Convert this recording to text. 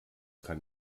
kann